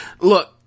Look